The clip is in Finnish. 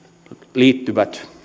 liittyvät